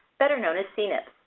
better known as cnips.